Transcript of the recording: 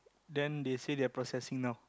then they say they are processing now